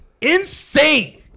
insane